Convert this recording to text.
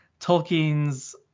Tolkien's